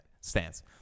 stance